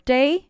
Day